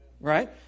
Right